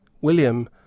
william